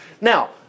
Now